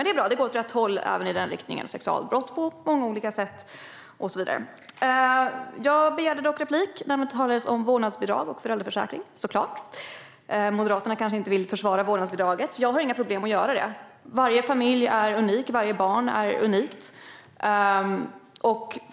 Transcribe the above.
Det är bra att det på många olika sätt går åt rätt håll, även när det gäller sexualbrott och så vidare. Jag begärde dock såklart replik för att det talades om vårdnadsbidrag och föräldraförsäkring. Moderaterna kanske inte vill försvara vårdnadsbidraget. Jag har inga problem med att göra det. Varje familj är unik. Varje barn är unikt.